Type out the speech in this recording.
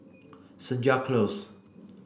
Senja Close